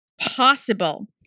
possible